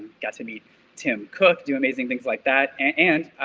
got to meet tim cook, do amazing things like that. and,